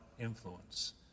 influence